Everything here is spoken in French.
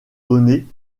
donnés